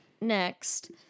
Next